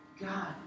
God